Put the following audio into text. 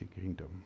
kingdom